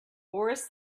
boris